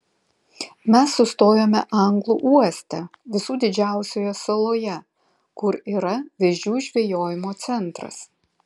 mes sustojome anglų uoste visų didžiausioje saloje kur yra vėžių žvejojimo centras